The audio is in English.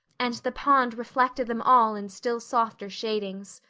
and the pond reflected them all in still softer shadings.